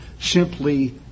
simply